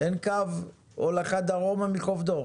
קו הולכה דרומה מחוף דור.